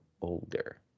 older